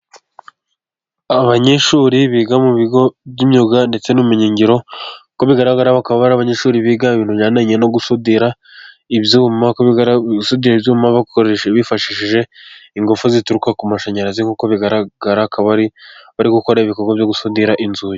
Abanyeshuri biga mu bigo by'imyuga ndetse n'ubumenyingiro ,Uko bigaragara bakaba bari abanyeshuri biga ibintu bijyaniranye no gusudira ibyuma, bifashishije ingufu zituruka ku mashanyarazi nk 'ukobbigaragara. Bakaba bari gukora ibikorwa byo gusudira inzugi.